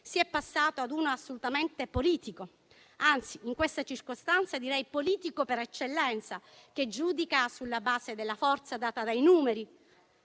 si è passati a uno assolutamente politico; anzi in questa circostanza direi politico per eccellenza, che giudica sulla base della forza data dai numeri